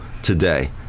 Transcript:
today